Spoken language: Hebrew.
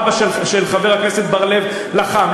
אבא של חבר הכנסת בר-לב לחם.